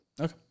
Okay